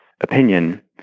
opinion